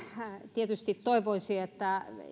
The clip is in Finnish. tietysti toivoisi että